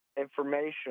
information